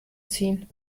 ziehen